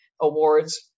awards